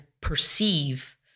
perceive